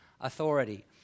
authority